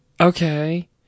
Okay